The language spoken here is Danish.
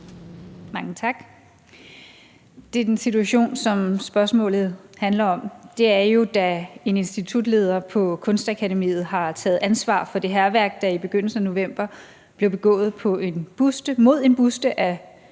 Mange tak. Den situation, spørgsmålet handler om, er, at en institutleder på kunstakademiet har taget ansvaret for det hærværk, der i begyndelsen af november blev begået mod en buste af